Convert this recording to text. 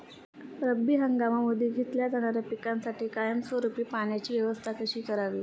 रब्बी हंगामामध्ये घेतल्या जाणाऱ्या पिकांसाठी कायमस्वरूपी पाण्याची व्यवस्था कशी करावी?